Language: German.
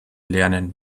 lernen